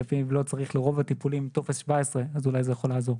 שלפיו לא צריך לרוב הטיפולים טופס 17. אז אולי זה יכול לעזור.